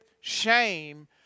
shame